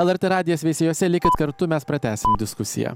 lrt radijas veisiejuose likti kartu mes pratęsim diskusiją